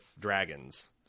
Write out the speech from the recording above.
dragons